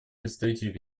представителей